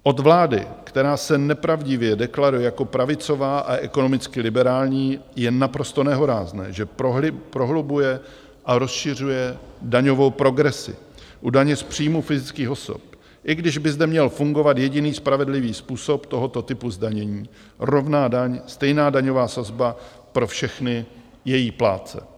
Od vlády, která se nepravdivě deklaruje jako pravicová a ekonomicky liberální, je naprosto nehorázné, že prohlubuje a rozšiřuje daňovou progresi u daně z příjmů fyzických osob, i když by zde měl fungovat jediný spravedlivý způsob tohoto typu zdanění, rovná daň, stejná daňová sazba pro všechny její plátce.